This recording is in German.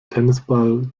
tennisball